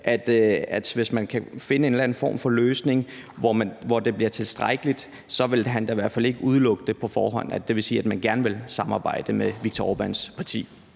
at hvis man kan finde en eller anden form for løsning, hvor det bliver tilstrækkeligt, ville han da i hvert fald ikke udelukke det på forhånd. Det vil sige, at man gerne vil samarbejde med Viktor Orbáns parti.